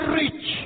rich